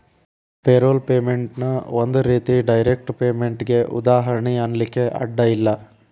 payroll payment ಒಂದ್ ರೇತಿ direct ಪೇಮೆನ್ಟಿಗೆ ಉದಾಹರ್ಣಿ ಅನ್ಲಿಕ್ಕೆ ಅಡ್ಡ ಇಲ್ಲ